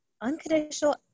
Unconditional